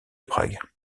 prague